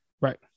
Right